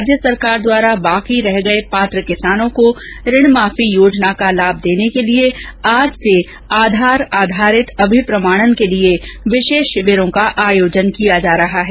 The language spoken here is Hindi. राज्य सरकार द्वारा बाकी रह गए पात्र किसानों को ऋण माफी योजना का लाभ देने के लिए आज से आधार आधारित अभिप्रमाणन के लिए विशेष शिविरों का आयोजन किया जा रहा है